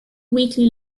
weekly